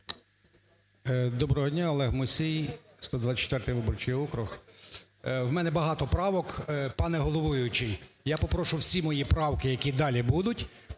Доброго дня! Олег Мусій, 124 виборчий округ. У мене багато правок. Пане головуючий, я попрошу всі мої правки, які далі будуть,